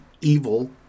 evil